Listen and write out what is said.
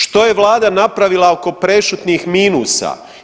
Što je vlada napravila oko prešutnih minusa?